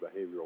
behavioral